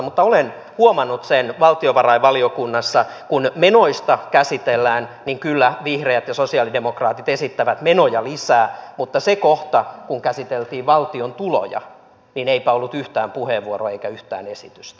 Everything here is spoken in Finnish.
mutta olen huomannut sen valtiovarainvaliokunnassa että kun menoja käsitellään niin kyllä vihreät ja sosialidemokraatit esittävät menoja lisää mutta siinä kohdassa kun käsiteltiin valtion tuloja niin eipä ollut yhtään puheenvuoroa eikä yhtään esitystä